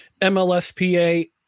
MLSPA